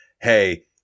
hey